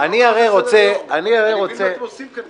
אני מבין מה אתם עושים כאן,